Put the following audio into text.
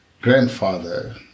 grandfather